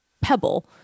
pebble